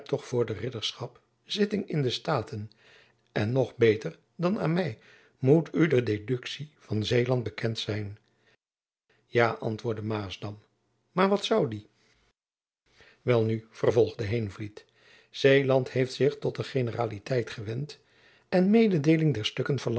toch voor de ridderschap zitting in de staten en nog beter dan aan my moet u de deduktie van zeeland bekend zijn ja antwoordde maasdam maar wat zoû die welnu vervolgde heenvliet zeeland heeft zich tot de generaliteit gewend en mededeeling der stukken